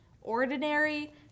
ordinary